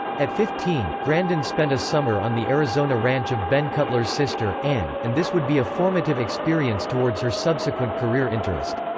at fifteen, grandin spent a summer on the arizona ranch of ben cutler's sister, ann, and this would be a formative experience towards her subsequent career interest.